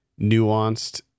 nuanced